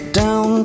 down